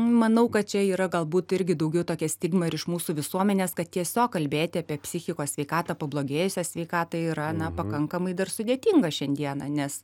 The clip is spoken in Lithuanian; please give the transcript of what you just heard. manau kad čia yra galbūt irgi daugiau tokia stigma ir iš mūsų visuomenės kad tiesiog kalbėti apie psichikos sveikatą pablogėjusią sveikatą yra pakankamai dar sudėtinga šiandieną nes